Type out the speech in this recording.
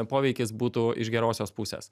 poveikis būtų iš gerosios pusės